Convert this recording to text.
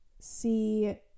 see